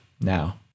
now